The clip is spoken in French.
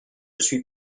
suis